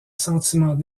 sentiment